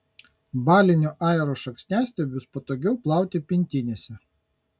balinio ajero šakniastiebius patogiau plauti pintinėse